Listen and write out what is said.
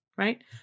Right